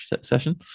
session